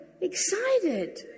excited